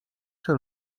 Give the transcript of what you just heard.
czy